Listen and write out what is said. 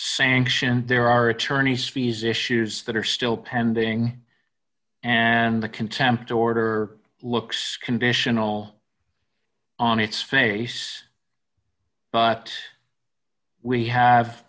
sanctions there are attorneys fees issues that are still pending and the contempt order looks conditional on its face but we have